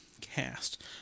cast